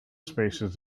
spaces